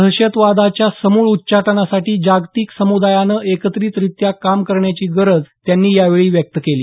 दहशतवादाच्या समूळ उच्चाटनासाठी जागतिक समूदायानं एकत्रितरित्या काम करण्याची गरज त्यांनी यावेळी व्यक्त केली